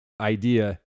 idea